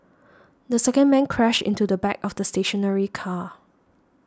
the second man crashed into the back of the stationary car